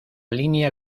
línea